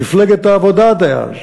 מפלגת העבודה דאז,